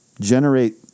generate